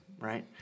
right